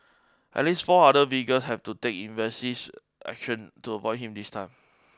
at least four other vehicle had to evasive action to avoid him this time